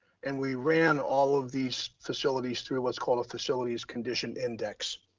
and we ran all of these facilities through what's called a facilities condition index.